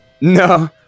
no